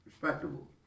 Respectable